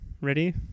Ready